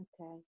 Okay